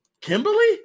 Kimberly